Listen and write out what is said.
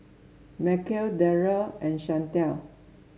Mykel Darrell and Shantell